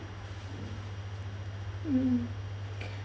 mm